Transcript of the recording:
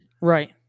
Right